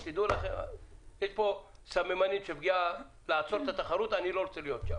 יש כאן סממנים של פגיעה בתחרות ואתה לא רוצה להיות שם.